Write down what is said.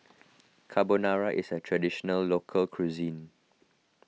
Carbonara is a Traditional Local Cuisine